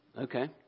okay